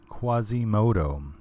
Quasimodo